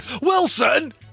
Wilson